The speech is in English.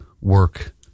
work